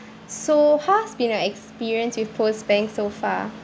so how's been your experience with first bank so far